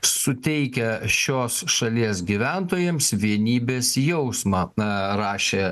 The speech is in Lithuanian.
suteikia šios šalies gyventojams vienybės jausmą na rašė